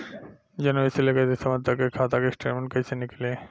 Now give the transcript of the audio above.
जनवरी से लेकर दिसंबर तक के खाता के स्टेटमेंट कइसे निकलि?